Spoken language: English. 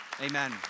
amen